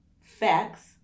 facts